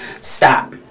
stop